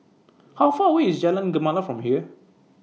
How Far away IS Jalan Gemala from here